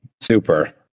Super